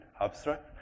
abstract